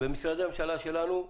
משרדי הממשלה שלנו,